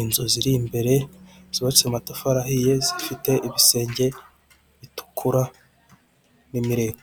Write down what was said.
inzu ziri imbere zubatse mu matafari ahiye zifite ibisenge bitukura n'imireko.